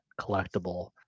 collectible